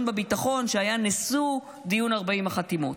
בביטחון שהיה נשוא דיון 40 החתימות.